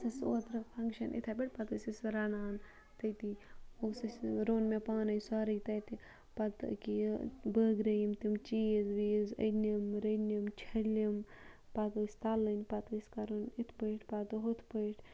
اوس اوترٕ فَنٛگشَن اِتھے پٲٹھۍ پَتہٕ ٲسۍ أسۍ رَنان تٔتِی اوس اَسہِ روٚن مےٚ پانے سورُے تَتہِ پَتہٕ اکیاہ یہِ بٲگرٲیم تِم چیٖز ویٖز أنِم رٔنِم چھٔلِم پَتہٕ ٲسۍ تَلٕنۍ پَتہٕ ٲسۍ کَرُن اِتھ پٲٹھۍ پَتہٕ ہُتھ پٲٹھۍ